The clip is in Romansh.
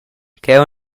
cheu